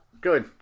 Good